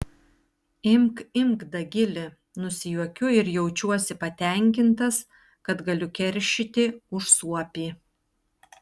imk imk dagili nusijuokiu ir jaučiuosi patenkintas kad galiu keršyti už suopį